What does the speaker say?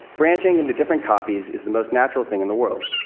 branching into different copies is the most natural thing in the world.